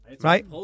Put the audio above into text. Right